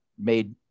made